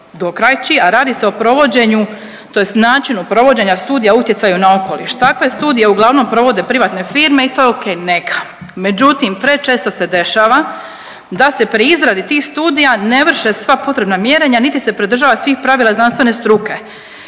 dokrajči, a radi se o provođenju tj. načinu provođenja studija utjecaju na okoliš. Takve studije uglavnom provode privatne firme, i to je okej, neka. Međutim, prečesto se dešava da se pri izradi tih studija ne vrše sva potrebna mjerenja nit se pridržava svih pravila znanstvene struke.